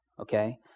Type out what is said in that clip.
okay